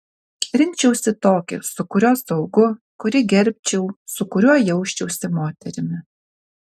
rinkčiausi tokį su kuriuo saugu kurį gerbčiau su kuriuo jausčiausi moterimi